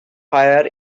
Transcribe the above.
fire